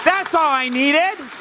that's all i needed.